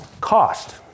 Cost